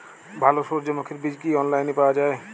ভালো সূর্যমুখির বীজ কি অনলাইনে পাওয়া যায়?